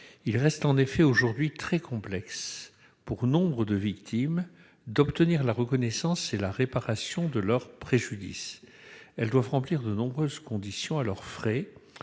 Il reste en effet aujourd'hui très complexe, pour nombre de ces victimes, d'obtenir la reconnaissance et la réparation de leur préjudice. Celles-ci doivent remplir de nombreuses conditions, à leurs frais,